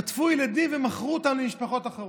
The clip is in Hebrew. חטפו ילדים ומכרו אותם למשפחות אחרות.